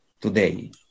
today